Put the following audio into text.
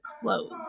close